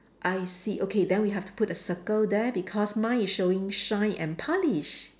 I see okay then we have to put a circle there because mine is showing shine and polish